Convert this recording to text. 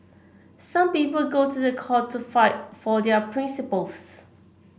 some people go to the court to fight for their principles